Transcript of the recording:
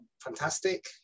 fantastic